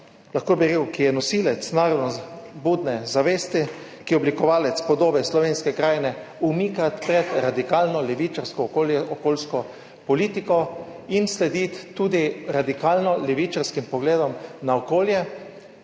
preživelo, ki je nosilec narodno budne zavesti, ki je oblikovalec podobe slovenske krajine, umikati pred radikalno levičarsko okolje, okoljsko politiko in slediti tudi radikalno levičarskim pogledom na okolje,